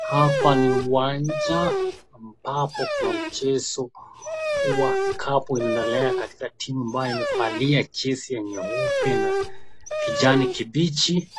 Hapa ni uwanja ambapo kuna mchezo wa vikapu unaendelea katika timu ambayo imevalia jesi ya nyeupe na kijani kibichi.